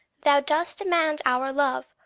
thou dost demand our love,